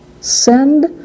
send